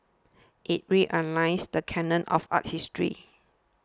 it realigns the canon of art history